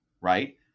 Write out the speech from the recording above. right